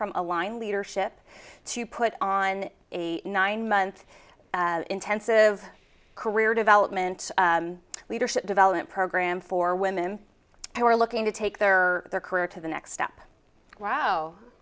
from a line leadership to put on a nine month intensive career development leadership development program for women who are looking to there are their career to the next step wow